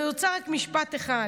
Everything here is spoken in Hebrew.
אני רוצה רק משפט אחד אחרון.